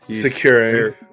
Securing